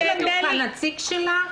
יש כאן נציג שלהם?